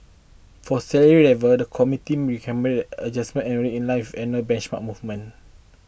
for salary levels the committee recommended adjusted annually in life in a benchmark movements